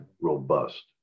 robust